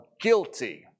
guilty